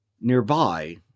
Nearby